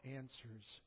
answers